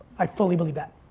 i fully believe that.